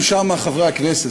יושבים לנו שם חברי הכנסת,